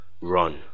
run